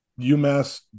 UMass